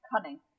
cunning